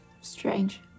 Strange